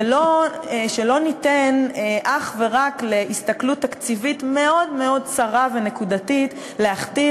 ולא ניתן אך ורק להסתכלות תקציבית מאוד מאוד צרה ונקודתית להכתיב